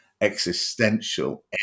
Existential